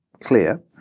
clear